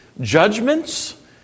judgments